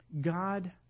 God